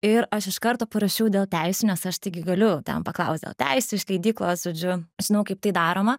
ir aš iš karto parašiau dėl teisių nes aš taigi galiu ten paklaust dėl teisių iš leidyklos žodžiu žinau kaip tai daroma